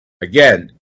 again